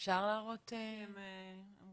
המצבים כמו שאמר היו"ר הם דחופים,